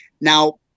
now